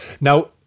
Now